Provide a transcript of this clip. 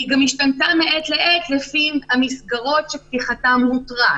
והיא השתנתה מעת לעת לפי המסגרות שפתיחתן הותרה.